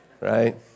right